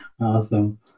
Awesome